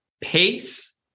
Pace